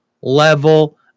level